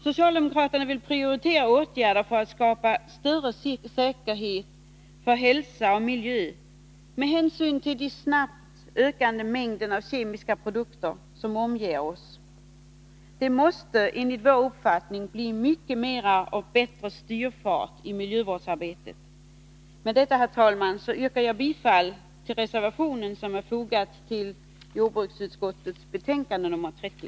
Socialdemokraterna vill prioritera åtgärder för att skapa större säkerhet för hälsan och miljön med hänsyn till de snabbt ökande mängder kemiska produkter som omger oss. Det måste enligt vår uppfattning bli mycket bättre styrfart i miljövårdsarbetet. Med detta, herr talman, yrkar jag bifall till den reservation som är fogad till jordbruksutskottets betänkande nr 30.